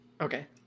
okay